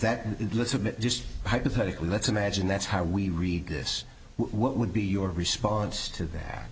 bit just hypothetically let's imagine that's how we read this what would be your response to that